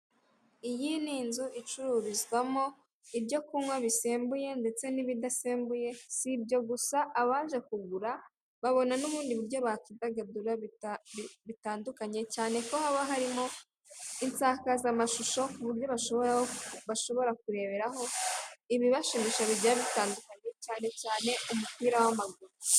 Iyi ni inzu icururizwamo ibyo kunywa bisembuye n'ibidasembuye, si ibyo gusa abaje kugura babona n'ubundi buryo bakidagadura bitandukanye cyane ko haba harimo insakazamashusho muburyo bashobora kureberaho ibibashimisha bigiye bitandukanye cyane cyane umupira w'amaguru.